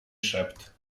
szept